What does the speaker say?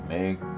Make